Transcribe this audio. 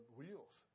wheels